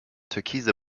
türkise